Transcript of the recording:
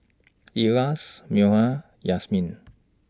Elyas Munah Yasmin